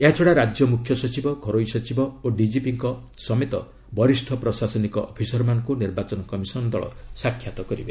ଏହାଛଡ଼ା ରାଜ୍ୟ ମୁଖ୍ୟ ସଚିବ ଘରୋଇ ସଚିବ ଓ ଡିଜିପିଙ୍କ ସମେତ ବରିଷ୍ଠ ପ୍ରଶାସିନକ ଅଫିସରମାନଙ୍କୁ ନିର୍ବାଚନ କମିଶନ୍ ଦଳ ସାକ୍ଷାତ୍ କରିବେ